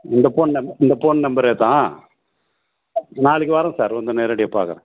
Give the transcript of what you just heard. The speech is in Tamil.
இந்த ஃபோன் நம்பர் இந்த ஃபோன் நம்பரே தான் நாளைக்கு வரேன் சார் வந்து நேரடியாக பார்க்கறேன்